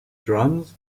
drums